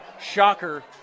Shocker